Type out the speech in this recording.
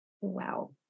Wow